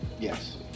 Yes